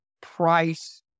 price